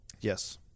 Yes